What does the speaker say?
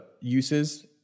uses